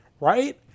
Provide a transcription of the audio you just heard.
right